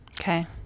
okay